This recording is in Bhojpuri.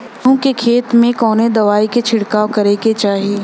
गेहूँ के खेत मे कवने दवाई क छिड़काव करे के चाही?